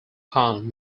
kon